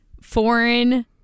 foreign